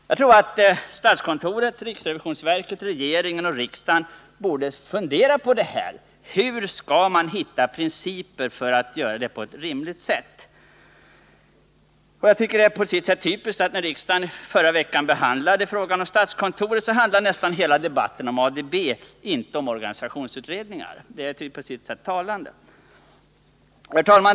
Jag tror att statskontoret, riksrevisionsverket, regeringen och riksdagen bör fundera på hur man skall hitta principer för att göra detta arbete på ett rimligt sätt. Det är på sitt sätt typiskt att när riksdagen förra veckan behandlade frågan om statskontoret, så handlade nästan hela debatten om ADB, inte om organisationsutredningar som är en viktig del av statskontorets jobb. Herr talman!